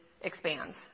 expands